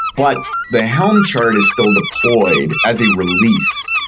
but the helm chart is still deployed as a release.